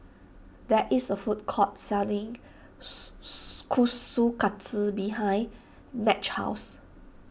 there is a food court selling Su Su Kushikatsu behind Madge's house